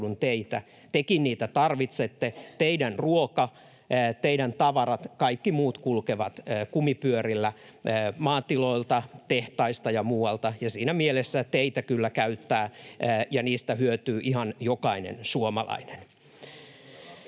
tekin niitä tarvitsette: teidän ruokanne, teidän tavaranne, kaikki muut kulkevat kumipyörillä maatiloilta, tehtaista ja muualta, ja siinä mielessä teitä kyllä käyttää ja niistä hyötyy ihan jokainen suomalainen.